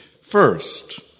First